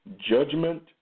judgment